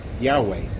Yahweh